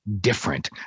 different